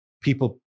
people